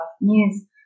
news